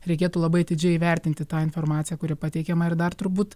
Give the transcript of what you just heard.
reikėtų labai atidžiai įvertinti tą informaciją kuri pateikiama ir dar turbūt